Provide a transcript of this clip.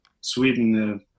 Sweden